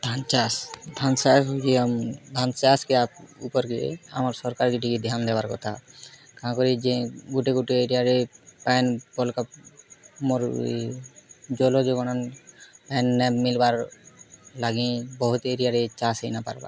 ଧାନ୍ ଚାଷ୍ ଧାନ୍ ଚାଷ୍ ହଉଛି ଆମ ଧାନ୍ ଚାଷ୍ କେ ଉପର୍ କେ ଆମର୍ ସରକାର୍ ଯେ ଟିକେ ଧ୍ୟାନ୍ ଦେବାର୍ କଥା କା କରି ଯେ ଗୁଟେ ଗୁଟେ ଏରିଆରେ ପାନ୍ ମରୁଡ଼ି ଜଲ୍ ଜୀବନ ପାନ୍ ନାଇଁ ମିଲବାର୍ ଲାଗି ବହୁତ ଏରିଆରେ ଚାଷ୍ ହେଇ ନ ପାରବା